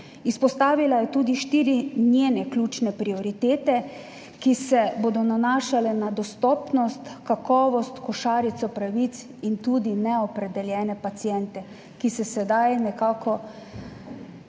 Izpostavila je tudi štiri njene ključne prioritete, ki se bodo nanašale na dostopnost, kakovost, košarico pravic in tudi neopredeljene paciente, ki se sedaj nekako, imamo